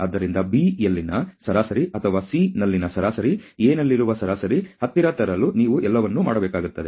ಆದ್ದರಿಂದ B ಯಲ್ಲಿನ ಸರಾಸರಿ ಅಥವಾ C ನಲ್ಲಿನ ಸರಾಸರಿ A ನಲ್ಲಿರುವ ಸರಾಸರಿ ಹತ್ತಿರ ತರಲು ನೀವು ಎಲ್ಲವನ್ನೂ ಮಾಡಬೇಕಾಗುತ್ತದೆ